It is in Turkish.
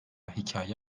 hikaye